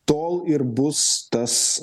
tol ir bus tas